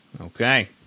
Okay